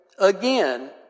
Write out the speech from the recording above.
again